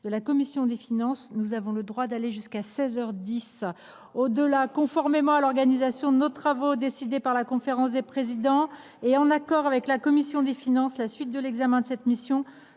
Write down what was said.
de la commission des finances, nous pouvons poursuivre cette discussion jusqu’à seize heures dix. Au delà, conformément à l’organisation de nos travaux décidée par la conférence des présidents, et en accord avec la commission des finances, la suite de l’examen de cette mission